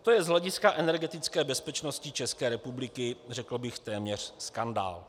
To je z hlediska energetické bezpečnosti České republiky, řekl bych, téměř skandál.